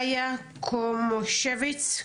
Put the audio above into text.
איה קומושביץ,